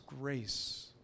grace